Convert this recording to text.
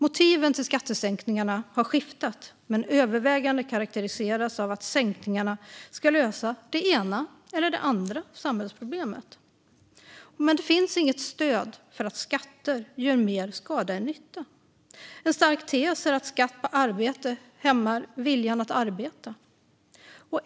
Motiven till skattesänkningarna har skiftat men övervägande karakteriserats av att sänkningarna ska lösa det ena eller andra samhällsproblemet. Det finns dock inget stöd för att skatter gör mer skada än nytta. En stark tes är att skatt på arbete hämmar viljan att arbeta.